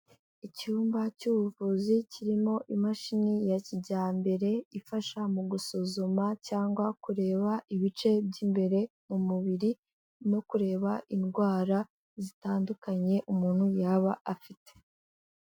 Icyumba cy'ubuvuzi kirimo imashini ya kijyambere ifasha mu gusuzuma cyangwa kureba ibice by'imbere mu mubiri no kureba indwara zitandukanye umuntu yaba afite.